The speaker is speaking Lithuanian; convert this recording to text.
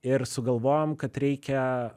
ir sugalvojom kad reikia